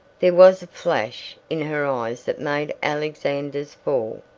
there was a flash in her eyes that made alexander's fall.